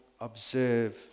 observe